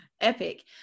Epic